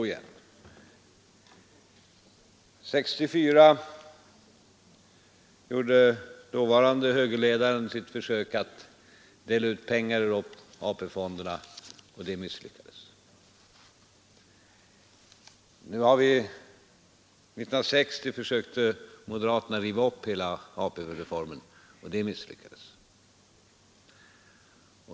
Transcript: År 1964 gjorde dåvarande högerledaren sitt försök att dela ut pengar ur AP-fonderna, och det misslyckades. 1960 försökte moderaterna riva upp hela AP-reformen, och det misslyckades.